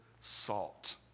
salt